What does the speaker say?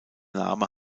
name